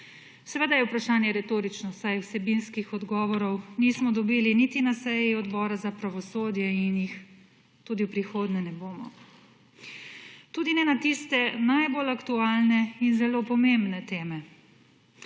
Seveda je vprašanje retorično, saj vsebinskih odgovorov nismo dobili niti na seji Odbora za pravosodje in jih tudi v prihodnje ne bomo. Tudi ne na tiste najbolj aktualne in zelo pomembne teme.